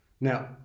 Now